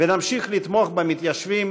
ונמשיך לתמוך במתיישבים